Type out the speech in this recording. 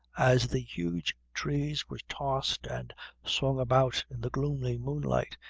as the huge trees were tossed and swung about in the gloomy moonlight,